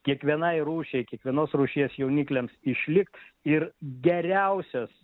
kiekvienai rūšiai kiekvienos rūšies jaunikliams išlikt ir geriausias